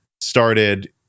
started